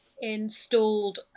installed